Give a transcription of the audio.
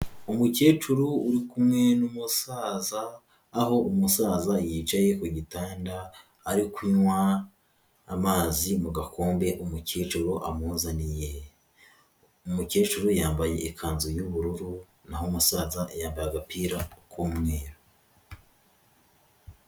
Umukecuru uri kumwe n'umusaza aho umusaza yicaye ku gitanda ari kunywa amazi mu gakombe umukecuru amuzaniye, umukecuru yambaye ikanzu y'ubururu naho umusaza yambaye agapira k'umweru.